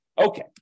Okay